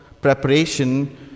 preparation